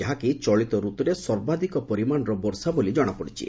ଯାହାକି ଚଳିତ ରତୁରେ ସର୍ବାଧିକ ପରିମାଣ ବର୍ଷା ବୋଲି ଜଣାପଡିଛି